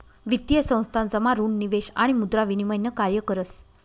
वित्तीय संस्थान जमा ऋण निवेश आणि मुद्रा विनिमय न कार्य करस